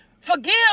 forgive